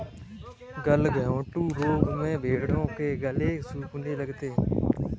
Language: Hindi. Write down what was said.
गलघोंटू रोग में भेंड़ों के गले सूखने लगते हैं